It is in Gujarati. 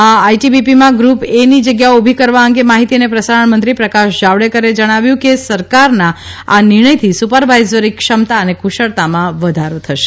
આ આટીબીપીમાં ગ્રુપ એ ની જગ્યાઓ ઉભી કરવા અંગે માહીતી અને પ્રસારણ મંત્રી પ્રકાશ જાવડેકરે જણાવ્યું કે સરકારના આ નિર્ણથથી સુપરવાઇઝરી ક્ષમતા અને કુશળતામાં વધારો થશે